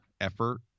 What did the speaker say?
effort